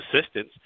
assistance